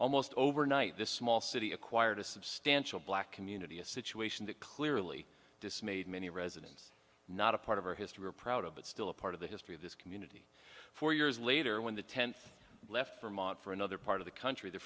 almost overnight this small city acquired a substantial black community a situation that clearly dismayed many residents not a part of our history we're proud of but still a part of the history of this community four years later when the tenth left for mont for another part of the country the